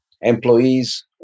Employees